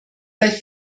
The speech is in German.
bei